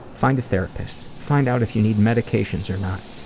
find a therapist. find out if you need medications or not.